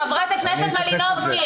חברת הכנסת מלינובסקי,